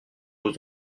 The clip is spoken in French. aux